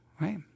Right